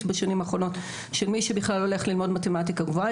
בשנים האחרונות של מי שבכלל הולך ללמוד מתמטיקה גבוהה,